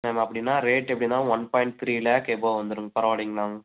ma'am அப்படின்னா rate எப்படின்னா one point three lakh above வந்துரும் பரவாயில்லைங்களா